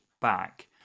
back